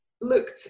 looked